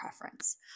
preference